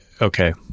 okay